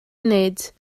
nid